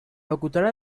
locutora